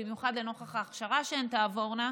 במיוחד לנוכח ההכשרה שהן תעבורנה,